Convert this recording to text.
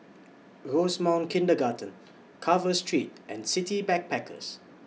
Rosemount Kindergarten Carver Street and City Backpackers